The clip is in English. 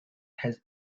has